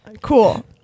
Cool